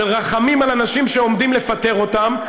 של רחמים על אנשים שעומדים לפטר אותם,